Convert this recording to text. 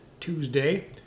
Tuesday